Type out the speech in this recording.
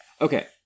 Okay